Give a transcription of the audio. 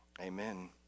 amen